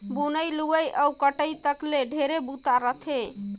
बुनई, लुवई अउ कटई तक ले ढेरे बूता रहथे